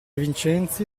vincenzi